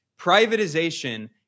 privatization